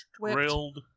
grilled